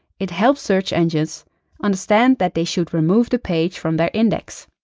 it helps search engines understand that they should remove the page from their index.